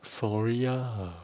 sorry ya